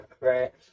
right